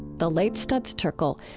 the late studs terkel,